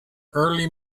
early